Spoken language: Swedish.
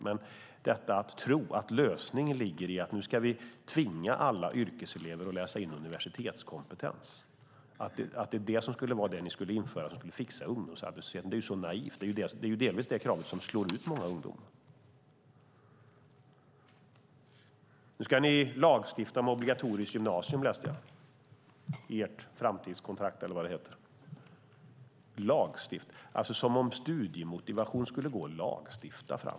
Men detta att som ni gör tro att lösningen ligger i att vi nu ska tvinga alla yrkeselever att läsa in universitetskompetens skulle vara det som skulle fixa ungdomsarbetslösheten är så naivt. Det är delvis det kravet som slår ut många ungdomar. Nu ska ni lagstifta om obligatoriskt gymnasium, läste jag i ert framtidskontrakt eller vad det heter, som om studiemotivation skulle gå att lagstifta fram.